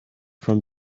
from